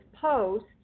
post